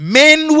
men